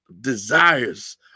desires